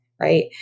right